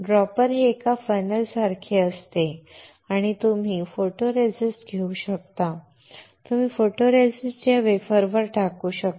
dropper हे एका funnel सारखे असते आणि तुम्ही फोटोरेसिस्ट घेऊ शकता आणि तुम्ही फोटोरेसिस्ट या वेफरवर टाकू शकता